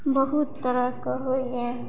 बहुत तरहके होइए